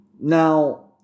Now